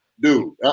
Dude